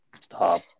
stop